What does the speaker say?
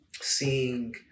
Seeing